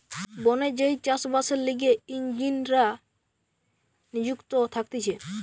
বনে যেই চাষ বাসের লিগে ইঞ্জিনীররা নিযুক্ত থাকতিছে